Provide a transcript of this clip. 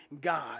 God